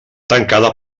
tancada